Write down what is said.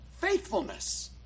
faithfulness